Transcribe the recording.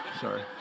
Sorry